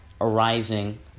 arising